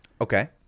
Okay